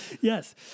Yes